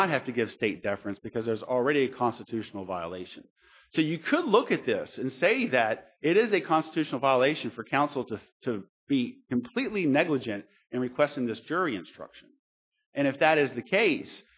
not have to give state deference because there's already constitutional violation so you could look at this and say that it is a constitutional violation for counsel to to be completely negligent in requesting this jury instruction and if that is the case